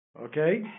Okay